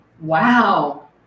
Wow